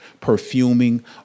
Perfuming